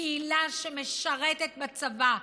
קהילה שמשרתת בצבא,